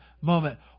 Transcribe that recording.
Moment